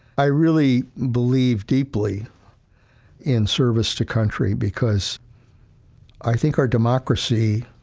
i really believe deeply in service to country because i think our democracy